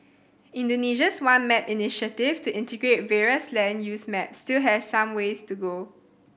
Indonesia's One Map initiative to integrate various land use maps still has some way to go